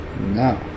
No